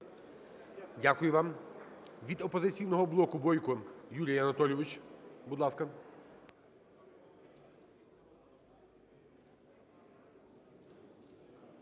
Дякую вам. Від "Опозиційного блоку" Бойко Юрій Анатолійович. Будь ласка.